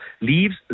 leaves